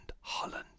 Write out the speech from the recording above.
Holland